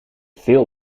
veel